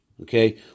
Okay